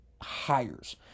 hires